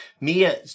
Mia